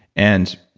and